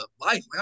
life